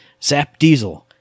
ZapDiesel